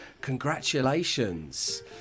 Congratulations